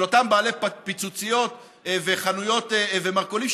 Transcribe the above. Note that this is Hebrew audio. אותם בעלי פיצוציות וחנויות ומרכולים,